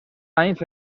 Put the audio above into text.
anys